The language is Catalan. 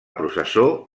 processó